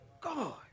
God